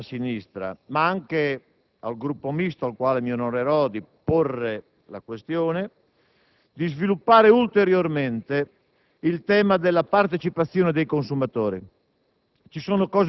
a tutta la sinistra, ma anche al Gruppo Misto, al quale mi onorerò di porre la questione, di sviluppare ulteriormente il tema della partecipazione dei consumatori.